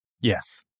Yes